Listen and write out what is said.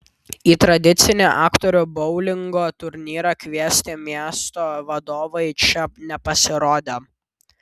į tradicinį aktorių boulingo turnyrą kviesti miesto vadovai čia nepasirodė